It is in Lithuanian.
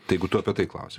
tai jeigu tu apie tai klausi